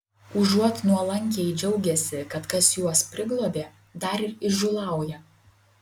užuot nuolankiai džiaugęsi kad kas juos priglobė dar ir įžūlauja